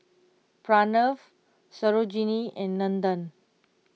Pranav Sarojini and Nandan